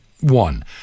one